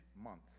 month